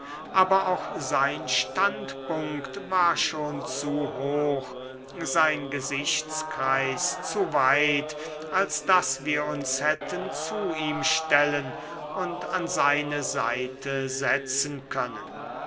aber auch sein standpunkt war schon zu hoch sein gesichtskreis zu weit als daß wir uns hätten zu ihm stellen und an seine seite setzen können